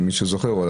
למי שזוכר,